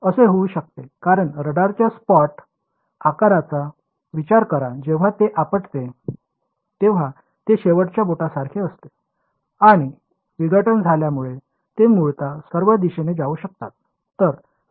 असे होऊ शकते कारण रडारच्या स्पॉट आकाराचा विचार करा जेव्हा ते आपटते तेव्हा ते शेवटच्या बोटासारखे असते काही विघटन झाल्यामुळे ते मुळतः सर्व दिशेने जाऊ शकतात